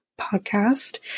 Podcast